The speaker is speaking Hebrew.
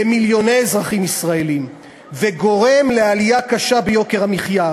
מיליוני אזרחים ישראלים וגורם לעלייה קשה ביוקר המחיה.